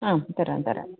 ആ തരാം തരാം